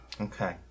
Okay